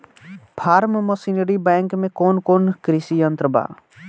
Form machinery bank में कौन कौन कृषि यंत्र बा?